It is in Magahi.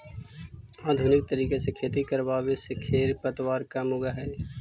आधुनिक तरीका से खेती करवावे से खेर पतवार कम उगह हई